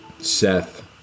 Seth